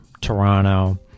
Toronto